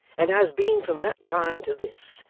and has been from that time to this,